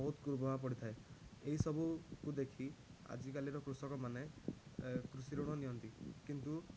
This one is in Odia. ବହୁତ କୁପ୍ରଭାବ ପଡ଼ିଥାଏ ଏହିସବୁକୁ ଦେଖି ଆଜି କାଲିର କୃଷକମାନେ କୃଷି ଋଣ ନିଅନ୍ତି କିନ୍ତୁ